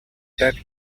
tech